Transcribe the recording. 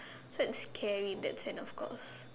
so it's scary in that sense of course